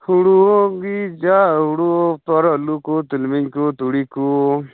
ᱦᱩᱲᱩ ᱜᱮ ᱡᱟ ᱦᱩᱲᱩ ᱯᱚᱨ ᱟᱹᱞᱩ ᱠᱚ ᱛᱤᱞᱢᱤᱧ ᱠᱚ ᱛᱩᱲᱤ ᱠᱚ